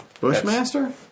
Bushmaster